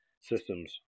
systems